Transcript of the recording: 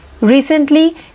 recently